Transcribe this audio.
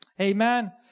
Amen